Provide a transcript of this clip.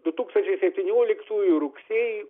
du tūkstančiai septynioliktųjų rugsėjį